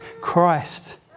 Christ